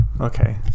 Okay